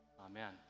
Amen